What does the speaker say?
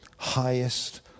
highest